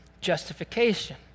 Justification